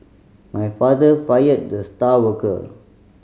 my father fired the star worker